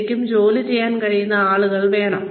ശരിക്കും ജോലി ചെയ്യാൻ കഴിയുന്ന ആളുകൾ വേണം